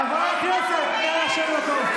חברי הכנסת, נא לשבת במקום.